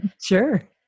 Sure